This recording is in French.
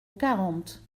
quarante